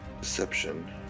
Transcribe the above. deception